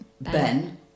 Ben